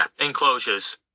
enclosures